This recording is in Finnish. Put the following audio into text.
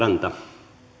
arvoisa